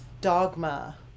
dogma